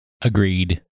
Agreed